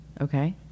Okay